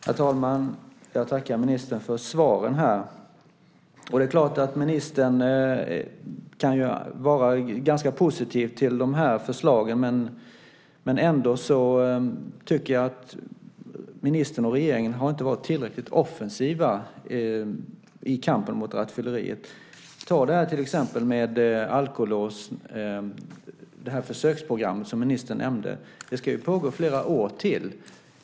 Herr talman! Jag tackar ministern för svaren. Det är klart att ministern kan låta ganska positiv till förslagen, men jag tycker ändå inte att ministern och regeringen har varit tillräckligt offensiva i kampen mot rattfylleriet. Ta till exempel försöksprogrammet med alkolås, som ministern nämnde. Det ska ju pågå i flera år till.